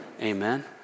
Amen